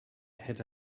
had